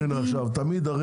הנה, עכשיו.